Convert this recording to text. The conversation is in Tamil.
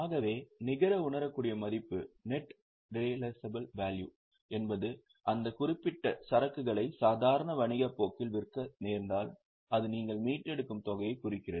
ஆகவே நிகர உணரக்கூடிய மதிப்பு என்பது அந்த குறிப்பிட்ட சரக்குகளை சாதாரண வணிகப் போக்கில் விற்க நேர்ந்தால் அது நீங்கள் மீட்டெடுக்கும் தொகையை குறிக்கிறது